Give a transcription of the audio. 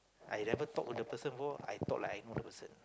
I never talk to the person before I talk like I know the person